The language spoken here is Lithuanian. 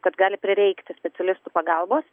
kad gali prireikti specialistų pagalbos